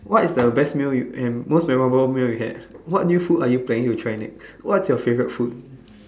what is the best meal you and most memorable food had what new food are you planning to try next what's your favourite food